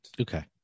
Okay